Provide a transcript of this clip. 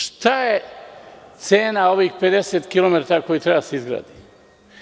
Šta je cena ovih 50 km koji treba da se izgrade?